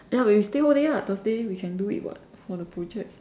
ya but we stay whole day lah Thursday we can do it [what] for the project